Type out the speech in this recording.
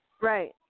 Right